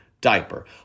diaper